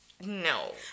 No